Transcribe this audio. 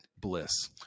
bliss